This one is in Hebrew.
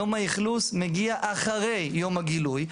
יום האכלוס מגיע אחרי יום הגילוי.